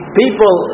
people